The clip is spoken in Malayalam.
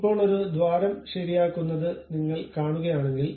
ഇപ്പോൾ ഒരു ദ്വാരം ശരിയാക്കുന്നുത് നിങ്ങൾ കാണുകയാണെങ്കിൽ